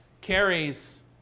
carries